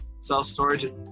self-storage